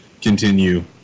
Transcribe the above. continue